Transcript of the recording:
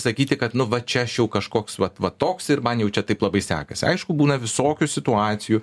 sakyti kad nu va čia aš jau kažkoks vat va toks ir man jau čia taip labai sekasi aišku būna visokių situacijų